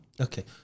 Okay